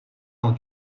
dans